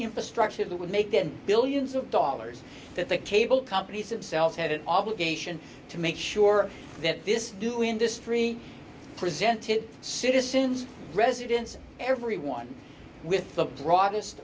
infrastructure that would make them billions of dollars that the cable companies themselves had an obligation to make sure that this new industry presented citizens residents everyone with the broadest